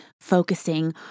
focusing